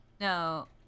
No